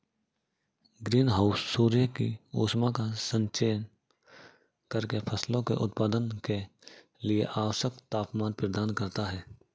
green house सूर्य की ऊष्मा का संचयन करके फसलों के उत्पादन के लिए आवश्यक तापमान प्रदान करता है